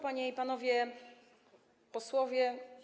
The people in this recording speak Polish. Panie i Panowie Posłowie!